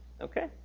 Okay